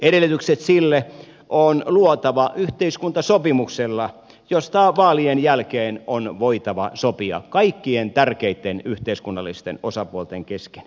edellytykset sille on luotava yhteiskuntasopimuksella josta vaalien jälkeen on voitava sopia kaikkien tärkeitten yhteiskunnallisten osapuolten kesken